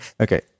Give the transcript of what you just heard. Okay